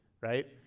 right